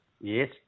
Yes